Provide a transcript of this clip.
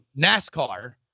NASCAR